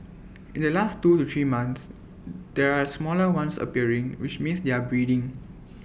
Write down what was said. in the last two to three months there are smaller ones appearing which means they are breeding